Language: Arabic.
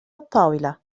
الطاولة